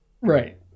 right